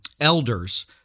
elders